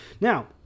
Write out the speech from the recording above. Now